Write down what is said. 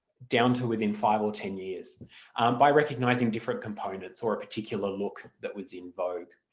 down to within five or ten years by recognising different components or a particular look that was in vogue.